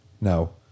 No